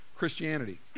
Christianity